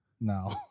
No